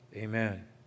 Amen